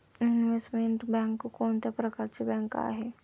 Investment bank कोणत्या प्रकारची bank आहे?